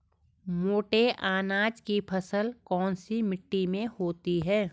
मोटे अनाज की फसल कौन सी मिट्टी में होती है?